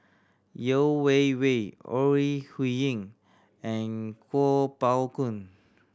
Yeo Wei Wei Ore Huiying and Kuo Pao Kun